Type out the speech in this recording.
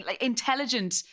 intelligent